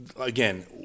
again